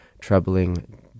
troubling